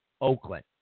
Oakland